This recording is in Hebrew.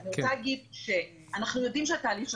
אני רוצה להגיד שאנחנו יודעים שהתהליך של